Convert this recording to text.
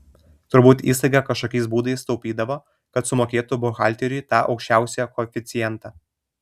turbūt įstaiga kažkokiais būdais taupydavo kad sumokėtų buhalteriui tą aukščiausią koeficientą